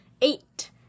Eight